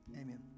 Amen